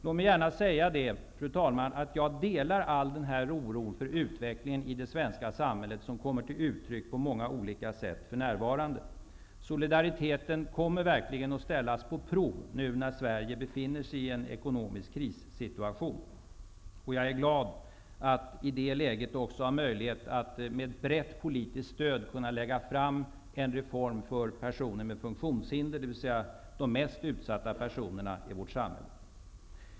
Jag vill gärna säga, fru talman, att jag delar all den oro för utvecklingen i det svenska samhället som kommer till uttryck på många olika sätt för närvarande. Solidariteten kommer verkligen att sättas på prov nu när Sverige befinner sig i en ekonomisk krissituation. Jag är glad över att i det läget också ha möjlighet att med brett politiskt stöd lägga fram en reform för personer med funktionshinder, dvs. de mest utsatta personerna i vårt samhälle.